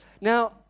Now